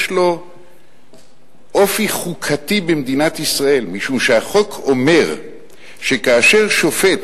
יש לו אופי חוקתי במדינת ישראל משום שהחוק אומר שכאשר שופט